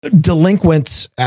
delinquents